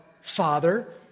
Father